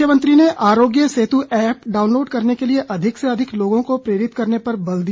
मुख्यमंत्री ने Aarogya Setu app download करने के लिए अधिक से अधिक लोगों को प्रेरित करने पर बल दिया